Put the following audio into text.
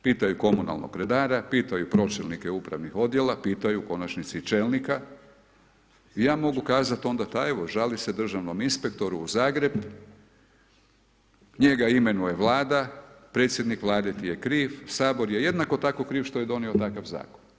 Pitaju komunalnog redara, pitaju pročelnike upravnih odjela, pitaju u konačnici čelnika i ja mogu kazat onda ta evo žali se državnom inspektoru u Zagreb, njega imenuje Vlada, predsjednik Vlade ti je kriv, sabor je jednako tako kriv što je donio takav zakon.